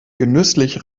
genüsslich